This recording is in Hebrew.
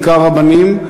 בעיקר רבנים,